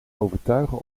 overtuigen